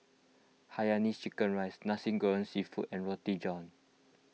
Hainanese Chicken Rice Nasi Goreng Seafood and Roti John